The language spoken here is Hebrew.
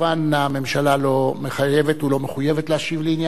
הממשלה לא מחויבת להשיב על עניין זה,